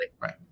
Right